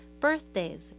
birthdays